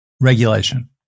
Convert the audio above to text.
Regulation